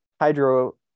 hydro